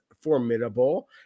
formidable